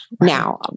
Now